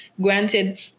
granted